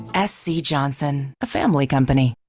s c. johnson, a family company.